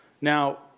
Now